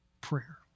prayer